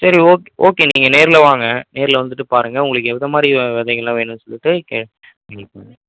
சரி ஓக் ஓகே நீங்கள் நேரில் வாங்க நேரில் வந்துட்டு பாருங்கள் உங்களுக்கு எந்த மாதிரி விதைகள்லாம் வேணும்னு சொல்லிட்டு கே ம்